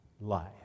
life